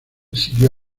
siguió